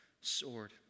sword